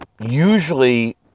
usually